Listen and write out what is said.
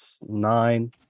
nine